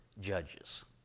judges